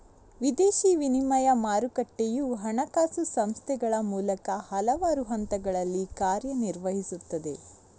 ವಿದೇಶಿ ವಿನಿಮಯ ಮಾರುಕಟ್ಟೆಯು ಹಣಕಾಸು ಸಂಸ್ಥೆಗಳ ಮೂಲಕ ಹಲವಾರು ಹಂತಗಳಲ್ಲಿ ಕಾರ್ಯ ನಿರ್ವಹಿಸುತ್ತದೆ